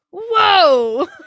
whoa